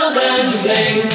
dancing